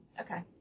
Okay